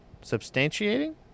Substantiating